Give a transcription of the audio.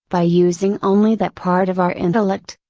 by using only that part of our intellect,